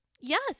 yes